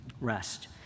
rest